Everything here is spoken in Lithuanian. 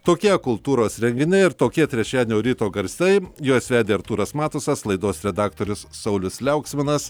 tokie kultūros renginiai ir tokie trečiadienio ryto garsai juos vedė artūras matusas laidos redaktorius saulius liauksminas